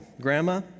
Grandma